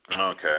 Okay